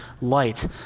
light